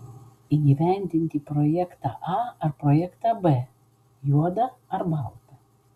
įgyvendinti projektą a ar projektą b juoda ar balta